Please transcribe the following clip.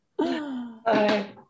Hi